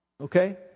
okay